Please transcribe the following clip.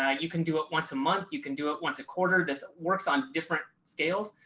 ah you can do it once a month you can do it once a quarter this works on different scales.